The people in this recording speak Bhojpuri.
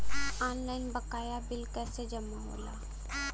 ऑनलाइन बकाया बिल कैसे जमा होला?